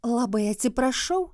labai atsiprašau